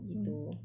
ah